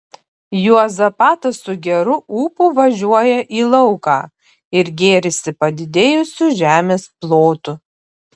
juozapatas su geru ūpu važiuoja į lauką ir gėrisi padidėjusiu žemės plotu